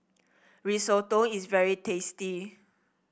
risotto is very tasty